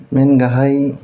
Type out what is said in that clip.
मेन गाहाय